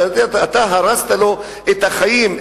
כשאתה הרסת לו את החיים,